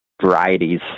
varieties